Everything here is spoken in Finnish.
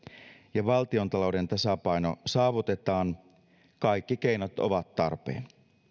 ja valtiontalouden tasapaino saavutetaan kaikki keinot ovat tarpeen